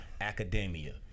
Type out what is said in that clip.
academia